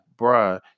Bruh